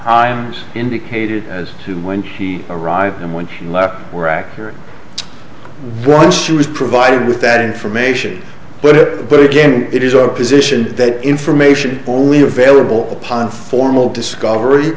am indicated as to when she arrived and when she left were accurate was she was provided with that information but it but again it is our position that information only available formal discovery